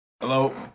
Hello